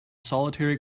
solitary